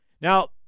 Now